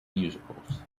musicals